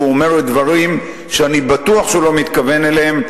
אומר דברים שאני בטוח שהוא לא מתכוון אליהם.